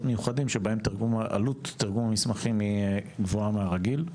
מיוחדים שבהם עלות תרגום המסמכים היא גבוהה מהרגיל.